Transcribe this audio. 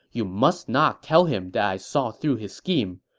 you must not tell him that i saw through his scheme.